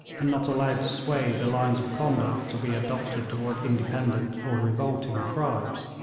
and not allowed to sway the lines of conduct to be adopted toward independent or revolting tribes,